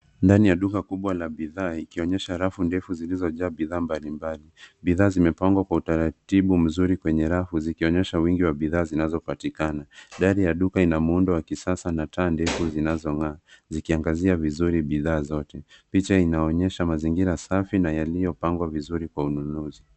Ndani ya duka kubwa la bidhaa ikionyesha rafu ndefu zilizojaa bidhaa mbali mbali. Bidhaa zimepangwa kwa utaratibu mzuri kwenye rafu, zikionyesha wingi wa bidhaa zinazopatikana. Dari ya duka ina muundo wa kisasa na taa ndefu zinazong'aa, zikiangazia vizuri bidhaa zote. Picha inaonyesha mazingira safi na yaliyopangwa vizuri kwa ununuzi.